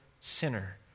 sinner